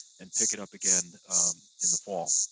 and pick it up again in the fall.